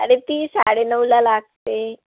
अरे ती साडेनऊला लागते